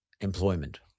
employment